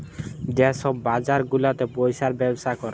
যে ছব বাজার গুলাতে পইসার ব্যবসা ক্যরে